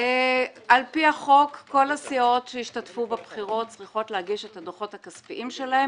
פי החוק כל הסיעות שהשתתפו בבחירות צריכות להגיש את הדוחות הכספיים שלהן